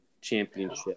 championship